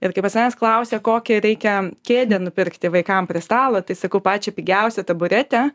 ir kai pas manęs klausia kokią reikia kėdę nupirkti vaikams prie stalo tai sakau pačio pigiausio taburetę